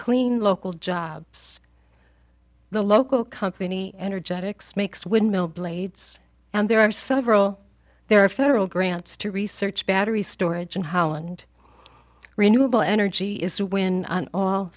clean local jobs the local company energetics makes windmill blades and there are several there are federal grants to research battery storage in holland renewable energy is a win on all